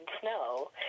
snow